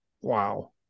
wow